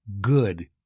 good